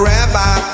Rabbi